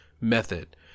method